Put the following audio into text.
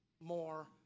more